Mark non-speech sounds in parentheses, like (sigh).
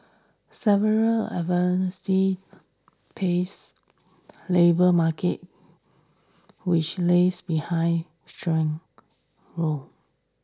several (unintelligible) pace labour market which lags behind (unintelligible)